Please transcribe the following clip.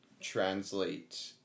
translate